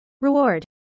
reward